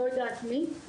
לא יודעת מי.